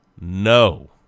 no